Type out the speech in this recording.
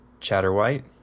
Chatterwhite